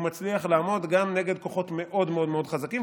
הוא מצליח לעמוד גם נגד כוחות מאוד מאוד מאוד חזקים,